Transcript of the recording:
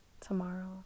tomorrow